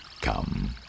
come